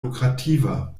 lukrativer